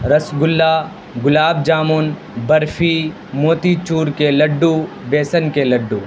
رس گلا گلاب جامن برفی موتی چور کے لڈو بیسن کے لڈو